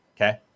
okay